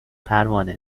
پروانه